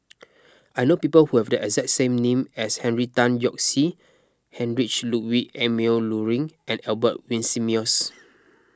I know people who have the exact name as Henry Tan Yoke See Heinrich Ludwig Emil Luering and Albert Winsemius